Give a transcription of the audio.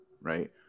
right